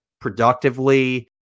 productively